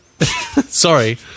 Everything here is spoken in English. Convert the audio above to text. Sorry